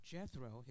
Jethro